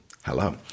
Hello